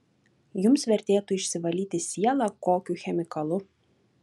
jums vertėtų išsivalyti sielą kokiu chemikalu